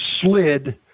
slid